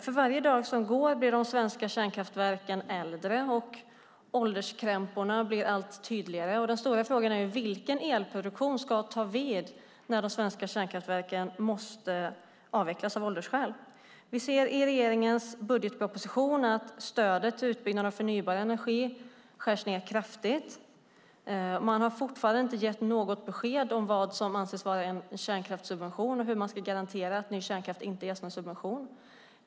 För varje dag som går blir de svenska kärnkraftverken äldre, och ålderskrämporna blir allt tydligare. Den stora frågan är: Vilken elproduktion ska ta vid när de svenska kärnkraftverken måste avvecklas av åldersskäl? Vi ser i regeringens budgetproposition att stödet till utbyggnad av förnybar energi skärs ned kraftigt. Man har fortfarande inte gett något besked om vad som är en kärnkraftssubvention och hur man ska garantera att ny kärnkraft inte ges någon subvention.